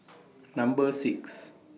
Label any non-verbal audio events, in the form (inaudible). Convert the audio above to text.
(noise) Number six